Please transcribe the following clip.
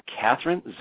Catherine